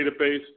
database